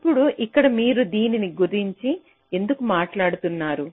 ఇప్పుడు ఇక్కడ మీరు దీని గురించి ఎందుకు మాట్లాడుతున్నారు